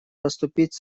поступить